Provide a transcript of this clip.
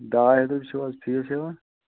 ڈاے ہَتھ حظ چھُوا فیٖس ہیوان